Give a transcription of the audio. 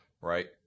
right